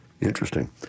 Interesting